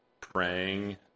praying